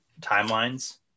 timelines